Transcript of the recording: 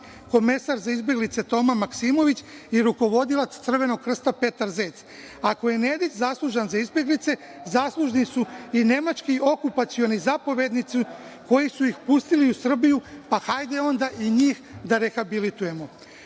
Komesar za izbeglice Toma Maksimović i rukovodilac Crvenog Krsta Petar Zec. Ako je Nedić zaslužan za izbeglice, zaslužni su i nemački okupacioni zapovednici koji su ih pustili u Srbiju, pa hajde onda i njih da rehabilitujemo.I